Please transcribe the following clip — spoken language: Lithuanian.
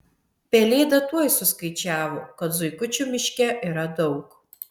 pelėda tuoj suskaičiavo kad zuikučių miške yra daug